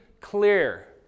clear